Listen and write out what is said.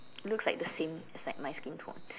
looks like the same it's like my skin tone